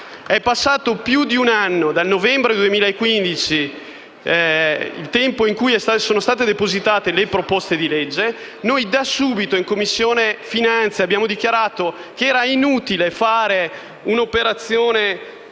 È passato più di un anno dal novembre 2015, quando sono state depositate le proposte di legge. Noi, da subito, in Commissione finanze abbiamo dichiarato che era inutile fare un'operazione